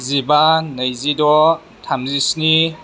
जिबा नैजिद' थामजिस्नि